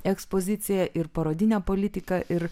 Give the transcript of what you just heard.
ekspoziciją ir parodinę politiką ir